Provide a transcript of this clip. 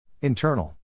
Internal